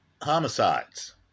homicides